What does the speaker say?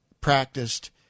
practiced